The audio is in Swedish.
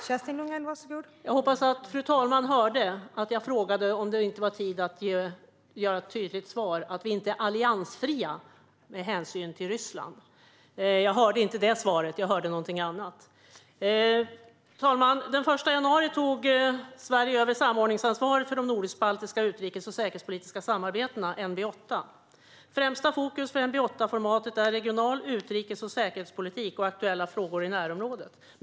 Fru talman! Jag hoppas att fru talmannen hörde att jag frågade om det inte var tid att lämna ett tydligt svar om att vi inte är alliansfria, med hänsyn till Ryssland. Jag hörde inte svaret på den frågan, utan jag hörde någonting annat. Fru talman! Den 1 januari tog Sverige över samordningsansvaret för det nordisk-baltiska utrikes och säkerhetspolitiska samarbetet NB8. Främsta fokus för NB8-formatet är regional-, utrikes och säkerhetspolitik och aktuella frågor i närområdet.